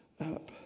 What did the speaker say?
up